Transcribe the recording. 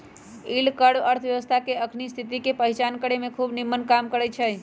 yield curve अर्थव्यवस्था के अखनी स्थिति के पहीचान करेमें खूब निम्मन काम करै छै